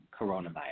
coronavirus